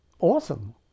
awesome